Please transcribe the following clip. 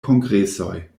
kongresoj